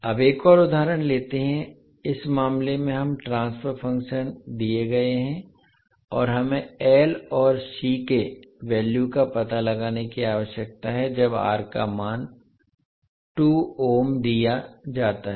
अब एक और उदाहरण लेते हैं इस मामले में हम ट्रांसफर फंक्शन दिए गए हैं और हमें L और C के वैल्यू का पता लगाने की आवश्यकता है जब R का मान 2 ओम दिया जाता है